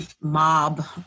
mob